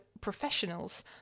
professionals